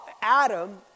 Adam